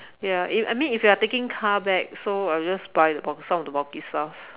ya if I mean if you are taking car back so I just buy the bulk some of the bulky stuff